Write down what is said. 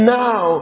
now